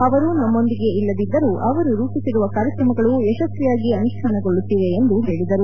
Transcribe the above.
ಅವರು ನಮ್ನೊಂದಿಗೆ ಇಲ್ಲದಿದ್ದರೂ ಅವರು ರೂಪಿಸಿರುವ ಕಾರ್ಯಕ್ರಮಗಳು ಯಶಸ್ವಿಯಾಗಿ ಅನುಷ್ಠಾನಗೊಳ್ದುತ್ತಿವೆ ಎಂದು ತಿಳಿಸಿದರು